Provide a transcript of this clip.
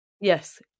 Yes